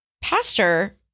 pastor